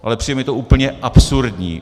Ale přijde mi to úplně absurdní.